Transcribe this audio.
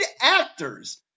actors